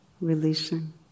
releasing